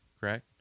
correct